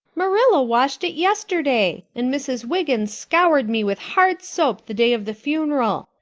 marilla washed it yesterday. and mrs. wiggins scoured me with hard soap the day of the funeral.